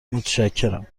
متشکرم